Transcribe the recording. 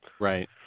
Right